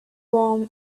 warm